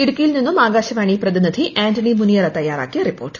ഇടുക്കിയിൽ നിന്നും ആകാശവാണി പ്രതിന്റിധി ആന്റണി മുനിയറ തയ്യാറാക്കിയ റിപ്പോർട്ട്